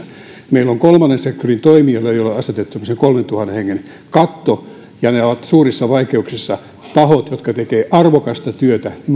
meillä on kolmannen sektorin toimijoita joille on asetettu tämmöinen kolmentuhannen hengen katto ja ne ovat suurissa vaikeuksissa tahot jotka tekevät arvokasta työtä